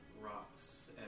rocks